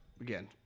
Again